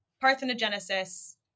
parthenogenesis